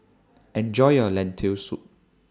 Enjoy your Lentil Soup